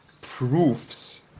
proofs